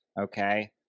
Okay